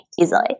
easily